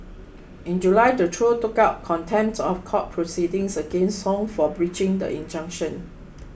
in July the trio took out contempts of court proceedings against Song for breaching the injunction